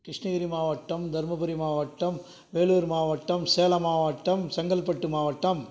கிருஷ்ணகிரி மாவட்டம் தருமபுரி மாவட்டம் வேலூர் மாவட்டம் சேலம் மாவட்டம் செங்கல்பட்டு மாவட்டம்